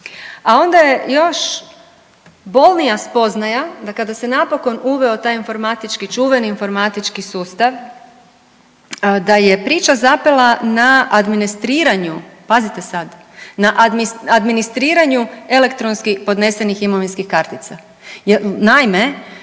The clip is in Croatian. A onda je još bolnija spoznaja da kada se napon uveo taj informatički, čuveni informatički sustav, da je priča zapela na administriranju, pazite sad na administriranju elektronski podnesenih imovinskih kartica.